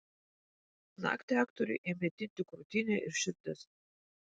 naktį aktoriui ėmė tinti krūtinė ir širdis